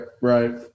Right